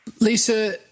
Lisa